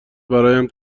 برایم